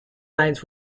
lines